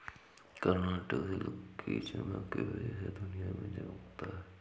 Karnataka silk की चमक की वजह से दुनिया में चमकता है